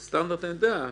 זה סטנדרט, אני יודע.